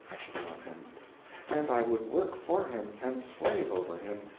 i should love him and i would work for him, and slave over him,